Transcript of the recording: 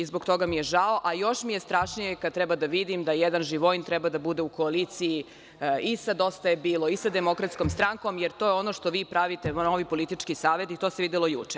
Zbog toga mi je žao, a još mi je strašnije kada treba da vidim da jedan Živojin treba da bude u koaliciji i sa Dosta je bilo i sa DS, jer to je ono što vi pravite, novi politički savez i to se videlo juče.